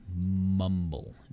mumble